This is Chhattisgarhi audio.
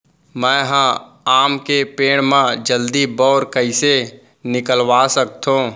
मैं ह आम के पेड़ मा जलदी बौर कइसे निकलवा सकथो?